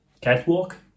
catwalk